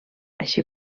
així